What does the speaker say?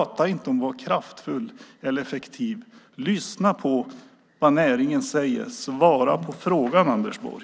Prata inte om att vara kraftfull eller effektiv, utan lyssna på vad näringen säger och svara på frågan, Anders Borg!